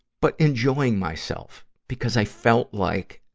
but enjoying myself, because i felt like